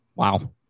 Wow